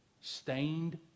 Stained